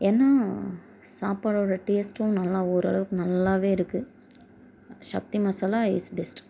ஏன்னா சாப்பாடோட டேஸ்ட்டும் நல்லா ஓரளவுக்கு நல்லாவே இருக்கு சக்தி மசாலா இஸ் பெஸ்ட்